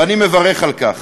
ואני מברך על כך.